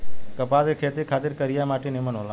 कपास के खेती खातिर करिया माटी निमन होला